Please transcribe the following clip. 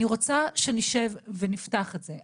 אני רוצה שנשב ונפתח את זה,